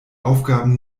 aufgaben